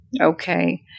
Okay